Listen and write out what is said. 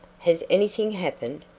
has anything happened?